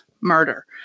murder